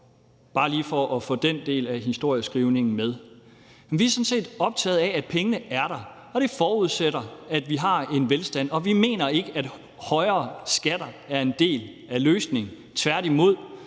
bare lige for at få den del af historieskrivningen med. Vi er sådan set optaget af, at pengene er der, og det forudsætter, at vi har en velstand. Vi mener ikke, at højere skatter er en del af løsningen;